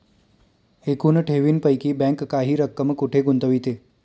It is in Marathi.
एकूण ठेवींपैकी बँक काही रक्कम कुठे गुंतविते?